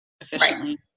efficiently